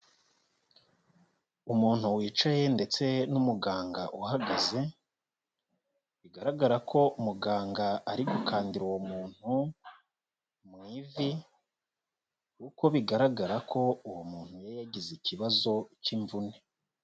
Umuntu wicaye ndetse n'umuganga uhagaze, bigaragara ko muganga ari gukandira uwo muntu mu ivi, uko bigaragara ko uwo muntu yari yagize ikibazo cy'imvune.